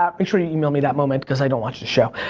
um make sure you email me that moment because i don't watch the show.